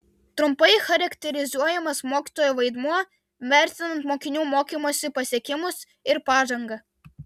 trumpai charakterizuojamas mokytojo vaidmuo vertinant mokinių mokymosi pasiekimus ir pažangą